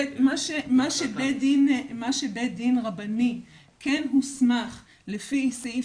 מה שבית הדין הרבני כן הוסמך על סעיף